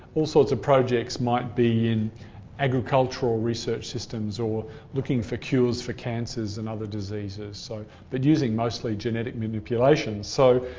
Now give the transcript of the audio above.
all sorts of projects might be in agricultural or research systems or looking for cures for cancers and other diseases, so but using mostly genetic manipulation. so,